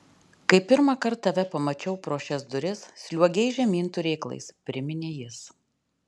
kai pirmąkart tave pamačiau pro šias duris sliuogei žemyn turėklais priminė jis